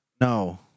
No